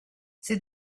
ses